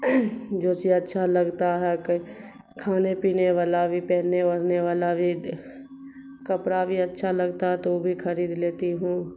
جو چیز اچھا لگتا ہے کھانے پینے والا بھی پہننے اوڑھنے والا بھی کپڑا بھی اچھا لگتا ہے تو بھی خرید لیتی ہوں